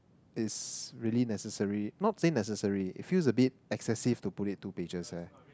it's really necessary not say necessary it feels a bit excessive to put it two pages eh